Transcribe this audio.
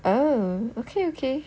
oh okay okay